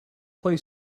play